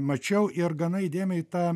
mačiau ir gana įdėmiai tą